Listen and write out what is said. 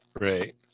Right